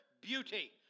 beauty